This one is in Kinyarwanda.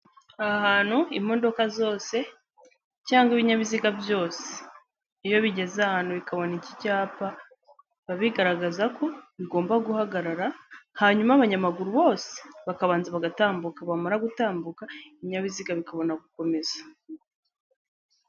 Ahantu imodoka zose cyangwa ibinyabiziga byose, iyo bigeze aha hantu bikabona iki cyapa biba bigaragaza ko bigomba guhagarara hanyuma abanyamaguru bose bakabanza bagatambuka, bamara gutambuka ibinyabiziga bikabona gukomeza.